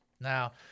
Now